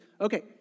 Okay